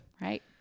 Right